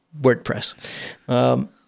WordPress